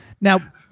Now